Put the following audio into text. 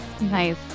Nice